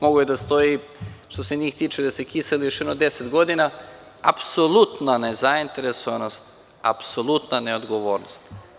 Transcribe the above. Mogao je da stoji što se njih tiče, da se kiseli još jedno deset godina, apsolutna nezainteresovanost, apsolutna neodgovornost.